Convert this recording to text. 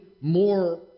more